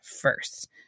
first